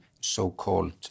so-called